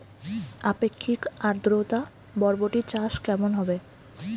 আপেক্ষিক আদ্রতা বরবটি চাষ কেমন হবে?